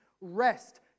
rest